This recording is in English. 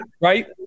right